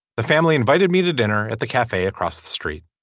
the family invited me to dinner at the cafe across the street